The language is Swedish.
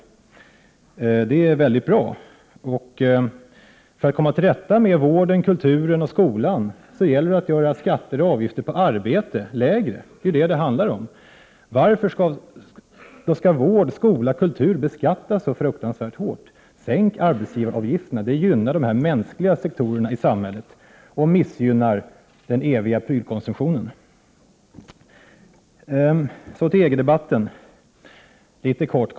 Det är väldigt bra. För att komma till rätta med vården, kulturen och skolan gäller det att göra skatter och avgifter på arbete lägre. Det är ju detta det handlar om. Varför skall vård, skola och kultur beskattas så fruktansvärt hårt? Sänk arbetsgivaravgifterna! Det gynnar de här mänskliga sektorerna i samhället och missgynnar den eviga prylkonsumtionen. Så till EG-debatten litet kort.